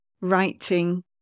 writing